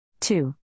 two